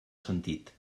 sentit